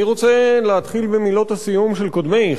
אני רוצה להתחיל במילות הסיום של קודמי,